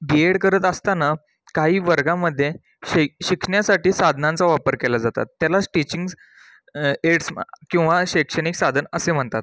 बी Ed करत असताना काही वर्गांमध्ये शै शिकण्यासाठी साधनांचा वापर केल्या जातात त्यालाच टीचिंग्ज एड्स किंवा शैक्षणिक साधन असे म्हणतात